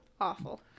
awful